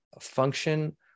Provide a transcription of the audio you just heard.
function